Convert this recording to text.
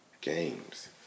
games